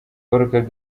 kagame